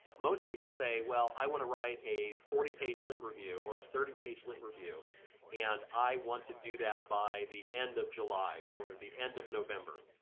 most people say, say, well i wanna write a forty page lit review or a thirty page lit review and i want to do that by the end of july or the end of november.